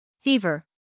fever